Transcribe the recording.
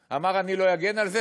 אמר: אני לא אגן על זה,